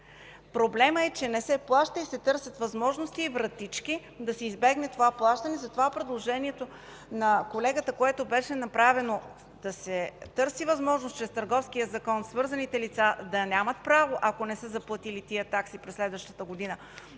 Проблемът е, че не се плаща и се търсят възможности и вратички да се избегне това плащане. Затова предложението на колегата, което беше направено – да се търси възможност чрез Търговския закон свързаните лица да нямат право, ако не са заплатили тези такси през следващата година,